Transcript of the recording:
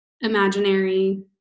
Imaginary